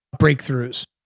breakthroughs